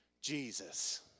Jesus